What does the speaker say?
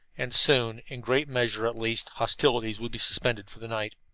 and soon, in great measure, at least, hostilities would be suspended for the night.